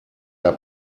der